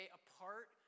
apart